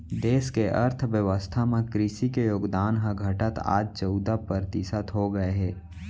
देस के अर्थ बेवस्था म कृसि के योगदान ह घटत आज चउदा परतिसत हो गए हे